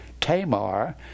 Tamar